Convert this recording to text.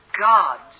God's